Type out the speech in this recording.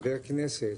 חבר כנסת,